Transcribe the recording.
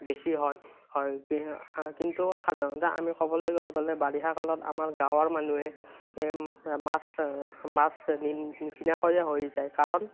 বেছি হয় হয় কি কিন্তু সাধাৰণতে আমি ক'বলৈ গ গ'লে বাৰিষা কালত আমাৰ গাঁৱৰ মানুহে মাছ মাছ নি নিকিনাকৈয়ে হৈ যায় কাৰণ